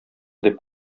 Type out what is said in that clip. дип